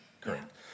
Correct